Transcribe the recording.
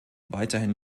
weiterhin